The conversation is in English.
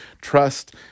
trust